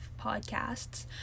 podcasts